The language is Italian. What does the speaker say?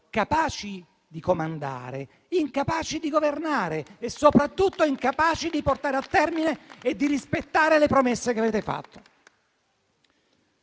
capaci di comandare, incapaci di governare e soprattutto incapaci di portare a termine e di rispettare le promesse che avete fatto.